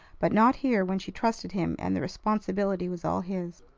but not here, when she trusted him and the responsibility was all his.